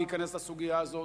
להיכנס לסוגיה הזו,